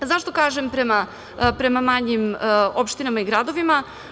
Zašto kažem prema manjim opštinama i gradovima?